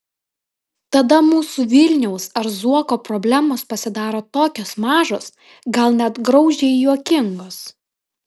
tada mūsų vilniaus ar zuoko problemos pasidaro tokios mažos gal net graudžiai juokingos